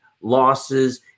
losses